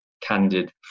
candid